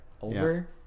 over